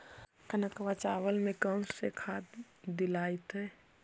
कनकवा चावल में कौन से खाद दिलाइतै?